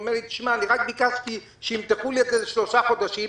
הוא אמר לי: רק ביקשתי שימתחו לי את המשכנתה לשלושה חודשים.